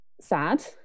sad